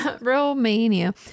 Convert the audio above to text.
Romania